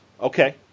Okay